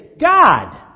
God